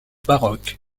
baroque